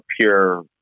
pure